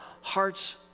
heart's